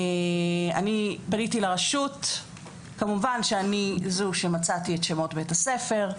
פניתי לרשות, כמובן אני זאת שמצאתי את בתי הספר,